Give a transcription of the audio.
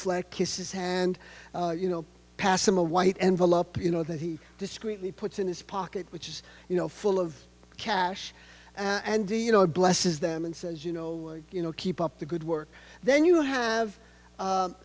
genuflect kiss his hand you know pass him a white envelope you know that he discreetly puts in his pocket which is you know full of cash and do you know it blesses them and says you know you know keep up the good work then you have